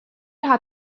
hat